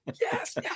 Yes